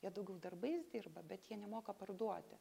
jie daugiau darbais dirba bet jie nemoka parduoti